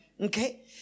Okay